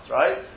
right